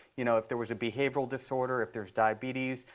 you know, if there was a behavioral disorder, if there's diabetes,